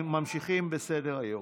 אנחנו ממשיכים בסדר-היום.